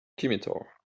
scimitar